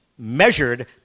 measured